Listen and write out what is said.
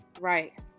Right